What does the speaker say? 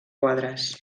quadres